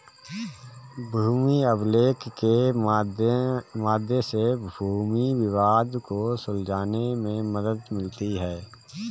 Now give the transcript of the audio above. भूमि अभिलेख के मध्य से भूमि विवाद को सुलझाने में मदद मिलती है